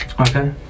Okay